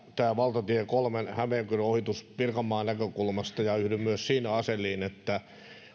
tämä valtatie kolmen hämeenkyrön ohitus pirkanmaan näkökulmasta yhdyn myös siinä aselliin että